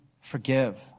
forgive